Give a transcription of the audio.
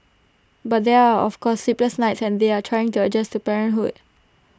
but there are of course sleepless nights and they are trying to adjust to parenthood